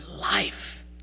life